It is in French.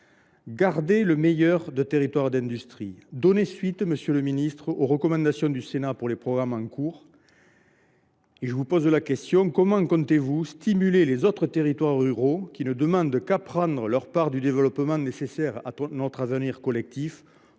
Gardez le meilleur de Territoires d’industrie et donnez suite aux recommandations du Sénat pour les programmes en cours, monsieur le ministre ! Comment comptez vous stimuler les autres territoires ruraux, qui ne demandent qu’à prendre leur part du développement nécessaire à notre avenir collectif,